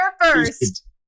first